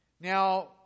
Now